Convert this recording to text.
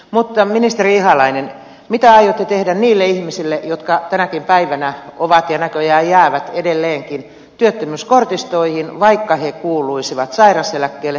mutta ministeri ihalainen mitä aiotte tehdä niille ihmisille jotka tänäkin päivänä ovat ja näköjään jäävät edelleenkin työttömyyskortistoihin vaikka he kuuluisivat sairaseläkkeelle tai työkyvyttömyyseläkkeelle